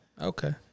Okay